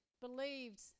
believed